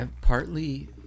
partly